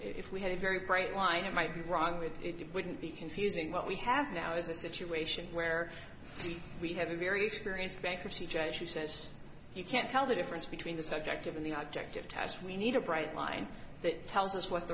if we had a very bright line it might be wrong with it wouldn't be confusing what we have now is a situation where we have a very experienced bankruptcy judge who says you can't tell the difference between the subjective and the object of test we need a bright line that tells us